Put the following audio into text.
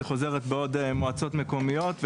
היא חוזרת בעוד מועצות מקומיות.